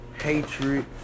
hatred